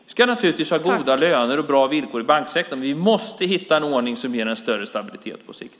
Vi ska naturligtvis ha goda löner och bra villkor i banksektorn, men vi måste hitta en ordning som ger en större stabilitet på sikt.